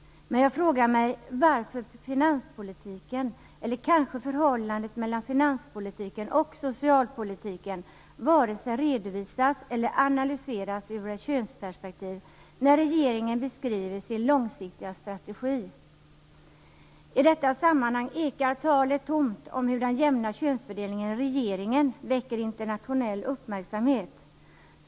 Men jag frågar mig varför finanspolitiken, eller kanske förhållandet mellan finanspolitiken och socialpolitiken, varken redovisas eller analyseras ur ett könsperspektiv när regeringen beskriver sin långsiktiga strategi. I detta sammanhang ekar talet tomt om hur den jämna könsfördelningen i regeringen väcker internationell uppmärksamhet.